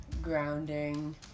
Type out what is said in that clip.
grounding